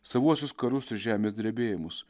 savuosius karus ir žemės drebėjimus